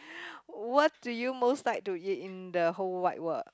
what do you most like to eat in the whole wide world